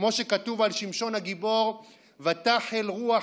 כמו שכתוב על שמשון הגיבור: "ותחל רוח